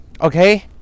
Okay